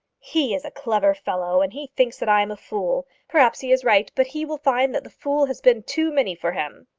he is a clever fellow, and he thinks that i am a fool. perhaps he is right, but he will find that the fool has been too many for him.